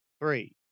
Three